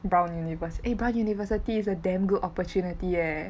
brown universe~ eh brown university a damn good opportunity eh